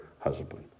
husband